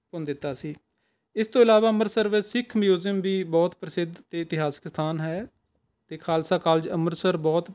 ਭੁੰਨ ਦਿੱਤਾ ਸੀ ਇਸ ਤੋਂ ਇਲਾਵਾ ਅੰਮ੍ਰਿਤਸਰ ਵਿੱਚ ਸਿੱਖ ਮਿਊਜ਼ੀਅਮ ਵੀ ਬਹੁਤ ਪ੍ਰਸਿੱਧ ਅਤੇ ਇਤਿਹਾਸਕ ਸਥਾਨ ਹੈ ਅਤੇ ਖ਼ਾਲਸਾ ਕਾਲਜ ਅੰਮ੍ਰਿਤਸਰ ਬਹੁਤ